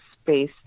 space